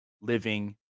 living